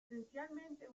esencialmente